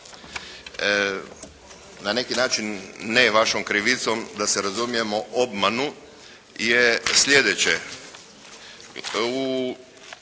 na neki način ne vašom krivicom da se razumijemo obmanu je slijedeće.